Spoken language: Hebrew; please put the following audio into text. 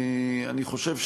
אני חושב,